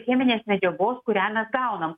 cheminės medžiagos kurią mes gaunam